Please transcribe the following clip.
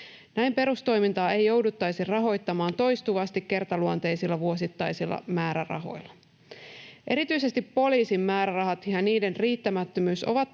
Näin perustoimintaa ei jouduttaisi rahoittamaan toistuvasti kertaluonteisilla vuosittaisilla määrärahoilla. Erityisesti poliisin määrärahat ja niiden riittämättömyys